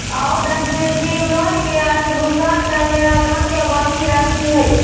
outstanding loan के अर्थ भुगतान करे ला लोन के बाकि राशि हई